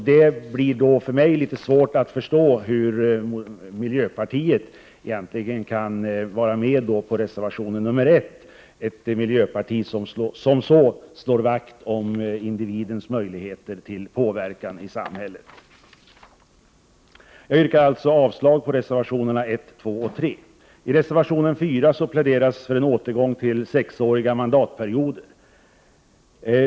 Det är för mig litet svårt att förstå att miljöpartiet kan vara med på reservation nr 1. Miljöpartiet slår ju vakt om individens möjligheter till påverkan i samhället. Jag yrkar således avslag på reservationerna 1, 2 och 3. I reservation 4 pläderas för en återgång till sexåriga mandatperioder.